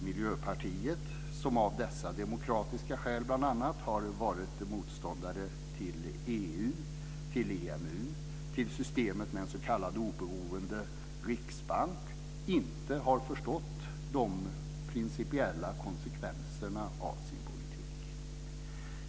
Miljöpartiet, som av dessa demokratiska skäl har varit motståndare till EU, EMU, systemet med en s.k. oberoende riksbank - inte har förstått de principiella konsekvenserna av sin politik.